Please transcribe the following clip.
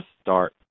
start